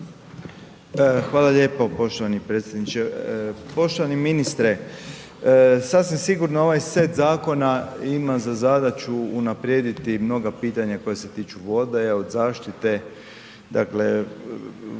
Hvala lijepo poštovani predsjedniče. Poštovani ministre. Sasvim sigurno ovaj set zakona ima za zadaću unaprijediti mnoga pitanja koja se tiču vode, od zaštite, dakle, vodno